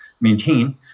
maintain